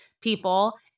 people